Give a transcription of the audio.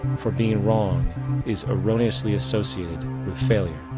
for being wrong is erroneously associated with failure.